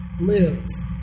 lives